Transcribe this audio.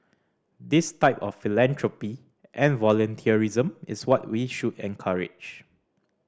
this type of philanthropy and volunteerism is what we should encourage